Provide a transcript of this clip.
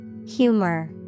Humor